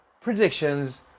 predictions